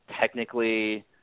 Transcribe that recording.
Technically